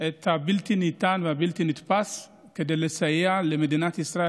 את הבלתי-ניתן והבלתי-נתפס כדי לסייע למדינת ישראל